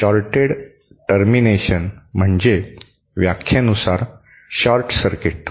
shorted termination म्हणजे व्याख्येनुसार short circuit